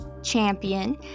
champion